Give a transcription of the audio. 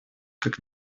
как